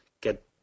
get